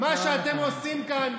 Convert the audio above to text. מה שאתם עושים כאן,